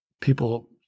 people—